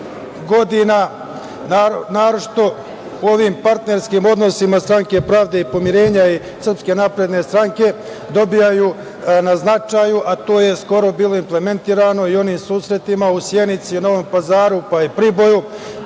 godina, naročito u ovim partnerskim odnosima Stranke pravde i pomirenja i Srpske napredne stranke dobijaju na značaju, a to je skoro bilo implementirano i onim susretima u Sjenici, Novom Pazaru, pa i Priboju,